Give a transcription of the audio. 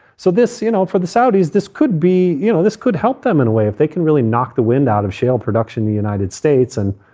so this you know, for the saudis, this could be you know, this could help them in a way if they can really knock the wind out of shale production, the united states and,